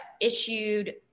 issued